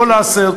לא להסס,